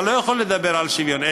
אתה לא יכול לדבר על שוויון,